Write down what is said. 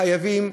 חייבים,